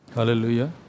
Hallelujah